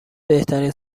بهترین